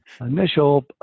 initial